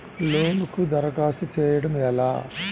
లోనుకి దరఖాస్తు చేయడము ఎలా?